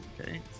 Okay